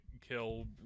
kill